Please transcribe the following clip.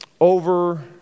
over